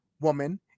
woman